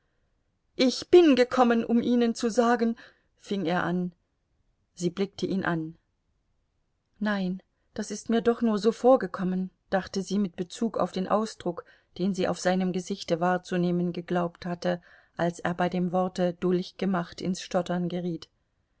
ich bin gekommen um ihnen zu sagen fing er an sie blickte ihn an nein das ist mir doch nur so vorgekommen dachte sie mit bezug auf den ausdruck den sie auf seinem gesichte wahrzunehmen geglaubt hatte als er bei dem worte dulchgemacht ins stottern geriet